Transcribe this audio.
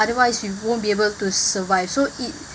otherwise you won't be able to survive so it